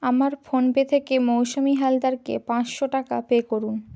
আমার ফোনপে থেকে মৌসুমি হালদারকে পাঁচশো টাকা পে করুন